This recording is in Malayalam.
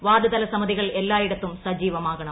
വാർഡ്തല സമിതികൾ എല്ലായിടത്തും സജീവമാകണം